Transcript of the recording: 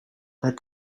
lead